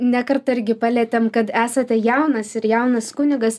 ne kartą irgi palietėm kad esate jaunas ir jaunas kunigas